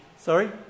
Sorry